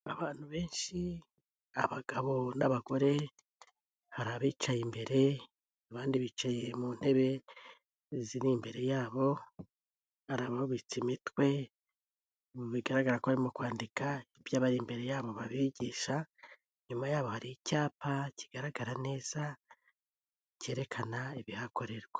Abantu benshi abagabo n'abagore hari abicaye imbere abandi bicaye mu ntebe ziri imbere yabo, arabubiitse imitwe bigaragara ko barimo kwandika ibyabari imbere yabo babigisha, inyuma yabo hari icyapa kigaragara neza cyerekana ibihakorerwa.